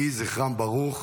יהי זכרם ברוך.